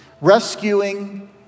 rescuing